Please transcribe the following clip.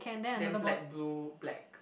then black blue black